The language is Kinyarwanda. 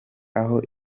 aho